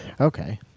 okay